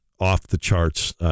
off-the-charts